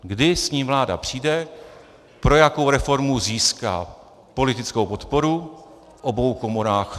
Kdy s ní vláda přijde, pro jakou reformu získá politickou podporu v obou komorách.